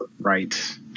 Right